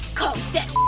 caulk that